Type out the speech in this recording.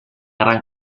gran